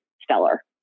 stellar